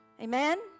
Amen